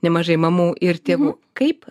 nemažai mamų ir tėvų kaip